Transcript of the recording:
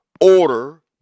order